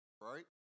Right